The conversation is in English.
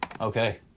Okay